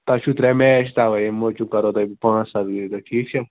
تۄہہِ چھُو ترٛےٚ میچ تَوَے امہِ موٗجوٗب کَرہو تۄہہِ بہٕ پانٛژھ ساس گیٚوٕ تۄہہِ ٹھیٖک چھا